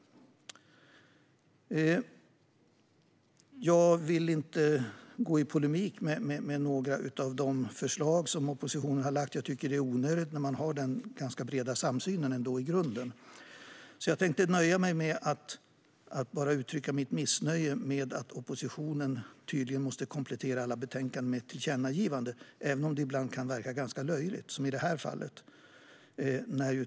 Jag vill inte gå i polemik med några av de förslag som oppositionen har lagt fram. Det är onödigt när man har en i grunden bred samsyn. Därför nöjer jag mig med att uttrycka mitt missnöje med att oppositionen tydligen måste komplettera alla betänkanden med tillkännagivanden, även om det ibland, som i detta fall, blir löjligt.